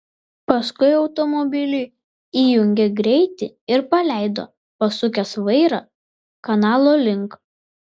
paskui automobiliui įjungė greitį ir paleido pasukęs vairą kanalo link